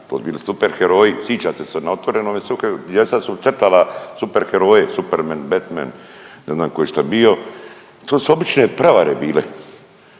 su bili superheroji, sićate se na otvorenom, djeca su crtala superheroje, Superman, Batman, ne znam tko je šta bio. To su obične prevare bile.